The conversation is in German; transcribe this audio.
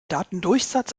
datendurchsatz